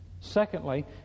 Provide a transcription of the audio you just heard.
Secondly